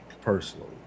personally